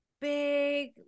big